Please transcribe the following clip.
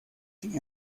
sin